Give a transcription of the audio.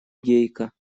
гейка